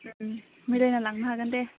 मिलायना लांनो हागोन दे